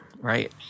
right